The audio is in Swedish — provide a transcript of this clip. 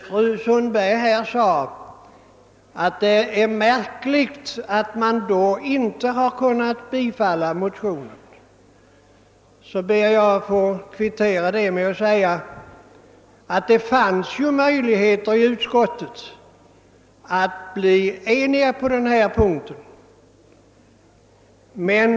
Fru Sundberg sade att det är märkligt att man inte har kunnat tillstyrka motionen. Jag ber att få kvittera med att säga, att det i utskottet fanns möjligheter att enas på denna punkt.